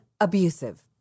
abusive